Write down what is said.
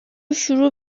شروع